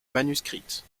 manuscrite